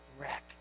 wreck